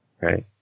Right